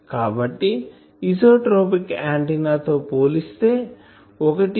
కాబట్టి isotropic antenna తో పోలిస్తే 1